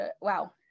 wow